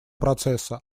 процесса